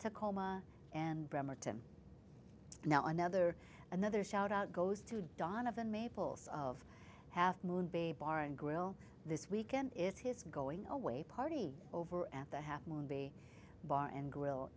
tacoma and bremerton now another another shout out goes to donovan maples of half moon bay bar and grill this weekend is his going away party over at the half moon bay bar and grill